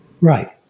Right